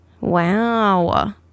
Wow